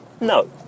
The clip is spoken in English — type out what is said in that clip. no